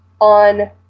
on